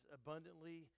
abundantly